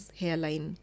hairline